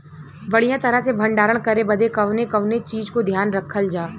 बढ़ियां तरह से भण्डारण करे बदे कवने कवने चीज़ को ध्यान रखल जा?